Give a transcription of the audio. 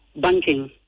banking